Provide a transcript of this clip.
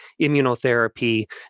immunotherapy